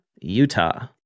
Utah